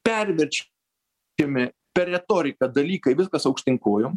perverčiami per retoriką dalykai viskas aukštyn kojom